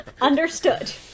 Understood